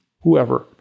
whoever